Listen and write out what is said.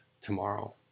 tomorrow